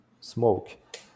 smoke